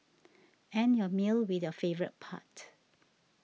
end your meal with your favourite part